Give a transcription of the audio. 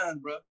bro